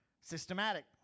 systematic